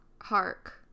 Hark